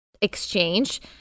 exchange